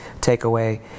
takeaway